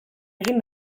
egin